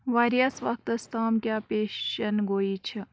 واریاہَس وَقتَس تام کیٛاہ پیشَن گویی چِھ